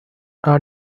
are